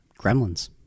Gremlins